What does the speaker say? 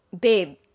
babe